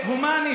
עכשיו, "הומני".